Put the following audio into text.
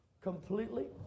completely